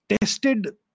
tested